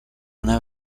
una